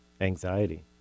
anxiety